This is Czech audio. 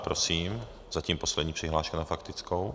Prosím, zatím poslední přihláška na faktickou.